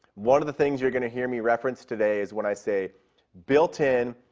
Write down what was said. one of the things you're going to hear me reference today is when i say built in,